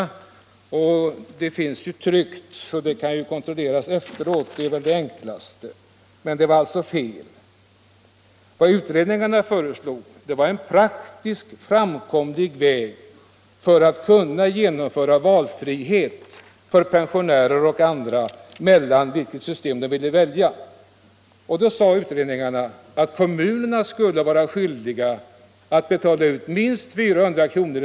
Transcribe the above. Vad utredningarna kommit fram till finns i tryck, så det kan kontrolleras —- det är väl det enklaste. Vad utredningarna föreslog var en praktiskt framkomlig väg till valfrihet för pensionärer och andra mellan olika system. Då ansåg utredningarna att kommunen skulle vara skyldig att betala ut minst 400 kr.